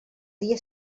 dia